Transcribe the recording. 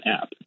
app